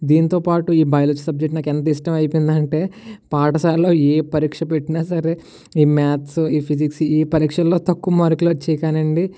దీనితో పాటు ఈ బయాలజీ సబ్జెక్ట్ నాకు ఎంత ఇష్టం అయిపోయింది అంటే పాఠశాలలో ఏ పరీక్ష పెట్టినా సరే ఈ మ్యాథ్స్ ఈ ఫిజిక్స్ ఈ పరీక్షల్లో తక్కువ మార్కులు వచ్చేయి కానీ అండి